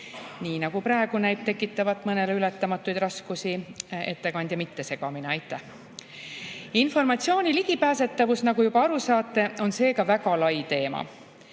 Nii nagu praegu näib tekitavat mõnele ületamatuid raskusi ettekandja mittesegamine. Aitäh! Informatsiooni ligipääsetavus, nagu juba aru saate, on seega väga lai teema.